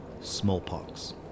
smallpox